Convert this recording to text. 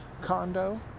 condo